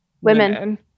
women